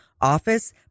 office